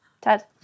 Ted